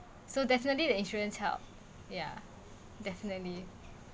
so definitely the insurance help ya definitely